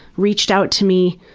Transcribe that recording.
reached out to me,